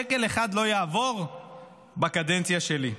שקל אחד לא יעבור בקדנציה שלי.